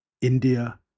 India